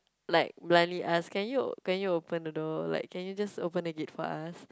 like blindly ask can you can you open the door like can you just open the gate for us